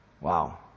Wow